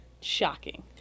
shocking